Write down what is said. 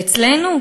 ואצלנו?